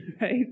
right